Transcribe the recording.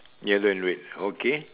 yellow and red okay